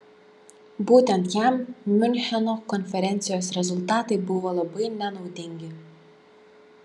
būtent jam miuncheno konferencijos rezultatai buvo labai nenaudingi